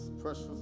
precious